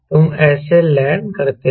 तुम ऐसे लैंड करते हो